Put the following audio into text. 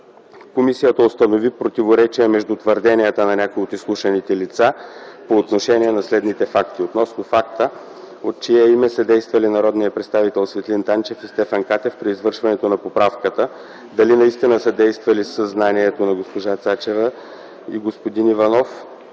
Комисията установи противоречия между твърденията на някои от изслушаните лица по отношение на следните факти: 1. Относно факта от чие име са действали народният представител Светлин Танчев и Стефан Катев при извършването на поправката - дали наистина са действали със знанието на госпожа Цачева и господин Иванов,